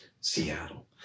Seattle